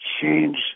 change